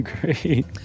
Great